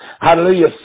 Hallelujah